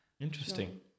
Interesting